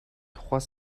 trois